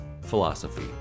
philosophy